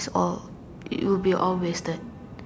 all will be all wasted